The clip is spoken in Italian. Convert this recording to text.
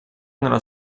nella